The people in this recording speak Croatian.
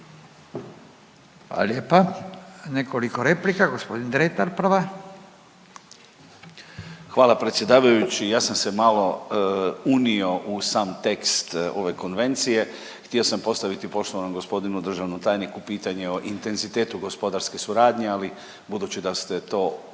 Hvala lijepa. Nekoliko replika. Gospodin Dretar, prva. **Dretar, Davor (DP)** Hvala predsjedavajući. Ja sam se malo unio u sam tekst ove Konvencije. Htio sam postaviti poštovanom gospodinu državnom tajniku pitanje o intenzitetu gospodarske suradnje, ali budući da ste to odgovorili